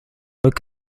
look